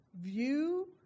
view